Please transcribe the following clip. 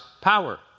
power